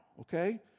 okay